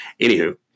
Anywho